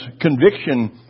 conviction